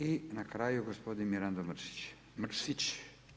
I na kraju gospodin Mirando Mrsić.